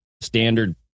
standard